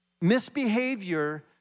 misbehavior